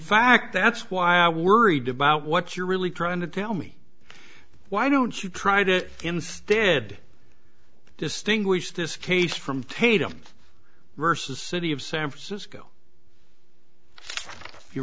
fact that's why i worried about what you're really trying to tell me why don't you try to instead distinguish this case from tatum versus city of san francisco if you